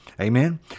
Amen